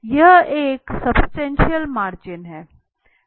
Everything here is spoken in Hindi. यह एक सब्सटेंशियल मार्जिन है